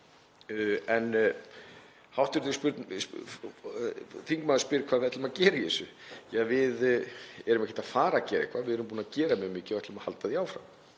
Hv. þingmaður spyr hvað við ætlum að gera í þessu. Við erum ekkert að fara að gera eitthvað, við erum búin að gera mjög mikið og ætlum að halda því áfram.